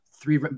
three